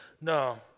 no